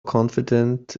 confident